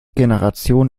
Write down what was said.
generation